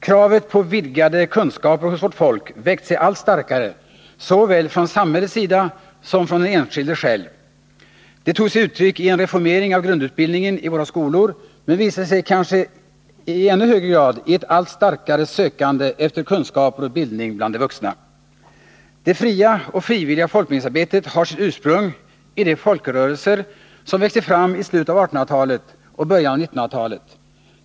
Kravet på vidgade kunskaper hos vårt folk växte sig allt starkare såväl från samhällets sida som från den enskilde själv. Det togs sig uttryck i en reformering av grundutbildningen i våra skolor, men visade sig i kanske ännu högre grad i ett allt starkare sökande efter kunskaper och bildning bland de vuxna. Det fria och frivilliga folkbildningsarbetet har sitt ursprung i de folkrörelser som växte fram i slutet av 1800-talet och början av 1900-talet.